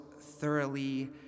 thoroughly